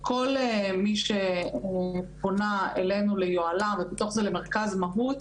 כל מי שפונה אלינו ליוהל"מ ובתוך זה למרכז מהות